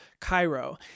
Cairo